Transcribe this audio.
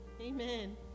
Amen